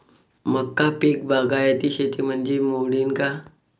मका पीक बागायती शेतीमंदी मोडीन का?